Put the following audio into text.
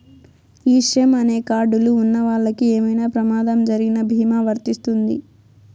ఈ శ్రమ్ అనే కార్డ్ లు ఉన్నవాళ్ళకి ఏమైనా ప్రమాదం జరిగిన భీమా వర్తిస్తుంది